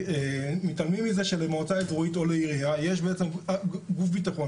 מתעלמים מזה שלמועצה האזורית או לעיריה יש גוף ביטחון,